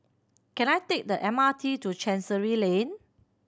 can I take the M R T to Chancery Lane